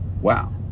wow